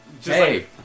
Hey